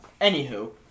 Anywho